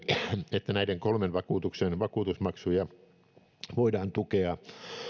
että näiden kolmen vakuutuksen vakuutusmaksuja voidaan tukea